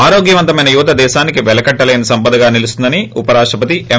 ఆరోగ్యమంతమైన యువత దేశానికి వెలకట్టలేని సంపదగా నిలుస్తుందని ఉపరాష్టపతి ఎం